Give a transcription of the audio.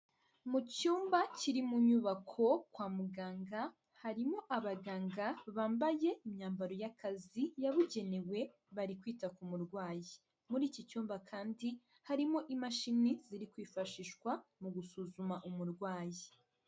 Mu cyumba kiri mu nyubako kwa muganga harimo abaganga bambaye imyambaro y'akazi yabugenewe bari kwita ku murwayi, muri iki cyumba kandi harimo imashini ziri kwifashishwa mu gusuzuma umurwayi.